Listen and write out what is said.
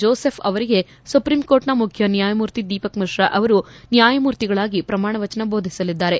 Joseph ಅವರಿಗೆ supreme ಕೋರ್ಟ್ನ ಮುಖ್ಯನ್ವಾಯಮೂರ್ತಿ ದೀಪಕ್ ಮಿಶ್ರಾ ಅವರು ನ್ಯಾಯಮೂರ್ತಿಗಳಾಗಿ ಪ್ರಮಾಣ ವಚನ ಬೋಧಿಸಲಿದ್ದಾರೆ